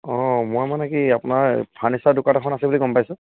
অঁ মই মানে কি আপোনাৰ ফাৰ্নিচাৰ দোকান এখন আছে বুলি গম পাইছোঁ